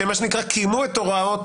שקיימו את הוראות